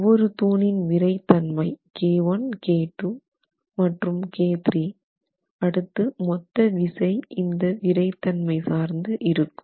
ஒவ்வொரு தூணின் விறை தன்மை K 1 K 2 மற்றும் K 3 அடுத்து மொத்த விசை இந்த விறை தன்மை சார்ந்து இருக்கும்